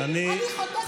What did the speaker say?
אני חוטפת קסאמים,